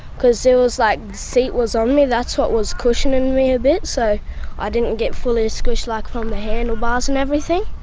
because it was like the seat was on me, that's what was cushioning me a bit, so i didn't get fully squished like from um the handlebars and everything.